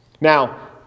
Now